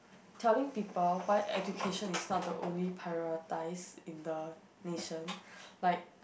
telling people why education is not the only prioritised in the nation like